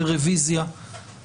(הישיבה נפסקה בשעה 10:32 ונתחדשה בשעה 10:33.)